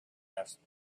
asked